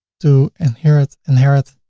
to inherit, inherit.